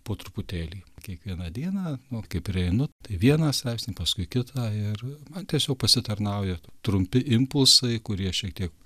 po truputėlį kiekvieną dieną nu vat kai prieinu tai vieną straipsnį paskui kitą ir man tiesiog pasitarnauja trumpi impulsai kurie šiek tiek